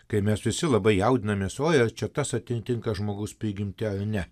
kai mes visi labai jaudinamės oi ar čia tas atitinka žmogaus prigimtį ar ne